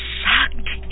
sucked